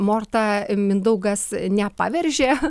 mortą mindaugas nepaveržė